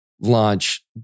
launch